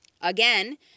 again